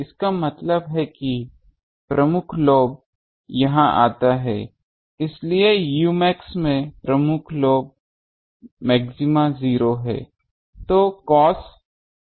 इसका मतलब है कि प्रमुख लोब यहां आता है इसलिए umax में प्रमुख लोब्स मैक्सिमा 0 है